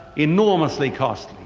enormously costly,